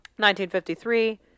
1953